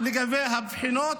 לגבי הבחינות.